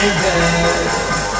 baby